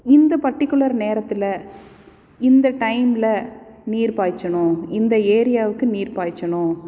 இந்த பர்ட்டிகுலர் நேரத்தில் இந்த டைமில் நீர் பாய்ச்சணும் இந்த ஏரியாவுக்கு நீர் பாய்ச்சணும்